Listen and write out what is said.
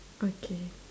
okay